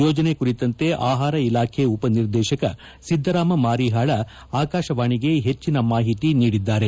ಯೋಜನೆ ಕುರಿತಂತೆ ಆಹಾರ ಇಲಾಖೆ ಉಪ ನಿರ್ದೇಶಕ ಸಿದ್ದರಾಮ ಮಾರೀಹಾಳ ಆಕಾಶವಾಣಿಗೆ ಹೆಚ್ಚಿನ ಮಾಹಿತಿ ನೀಡಿದ್ದಾರೆ